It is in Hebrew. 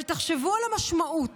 אבל תחשבו על המשמעות